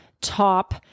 top